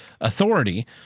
authority